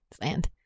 Land